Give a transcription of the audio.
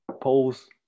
polls